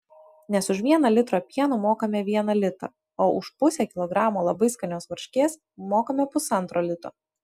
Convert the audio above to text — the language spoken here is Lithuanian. nes už vieną litrą pieno mokame vieną litą o už pusę kilogramo labai skanios varškės mokame pusantro lito